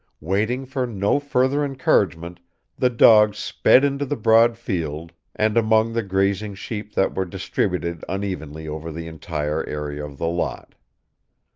waiting for no further encouragement the dog sped into the broad field and among the grazing sheep that were distributed unevenly over the entire area of the lot.